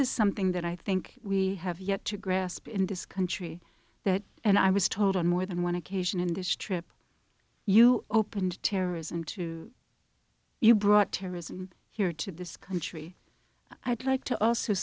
is something that i think we have yet to grasp in this country that and i was told on more than one occasion in this trip you opened terrorism to you brought terrorism here to this country i tried to also